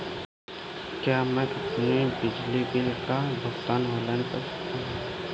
क्या मैं अपने बिजली बिल का भुगतान ऑनलाइन कर सकता हूँ?